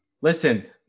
Listen